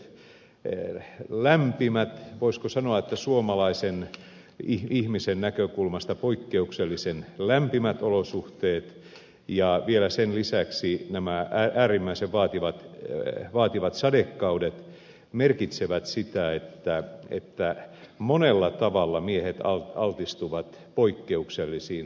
nämä subtrooppiset lämpimät voisiko sanoa suomalaisen ihmisen näkökulmasta poikkeuksellisen lämpimät olosuhteet ja vielä sen lisäksi nämä äärimmäisen vaativat sadekaudet merkitsevät sitä että monella tavalla miehet altistuvat poikkeuksellisille riskeille